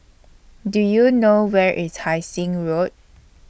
Do YOU know Where IS Hai Sing Road